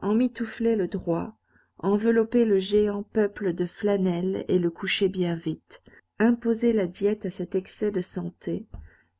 emmitoufler le droit envelopper le géant peuple de flanelle et le coucher bien vite imposer la diète à cet excès de santé